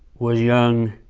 was young,